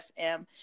fm